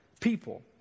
people